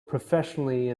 professionally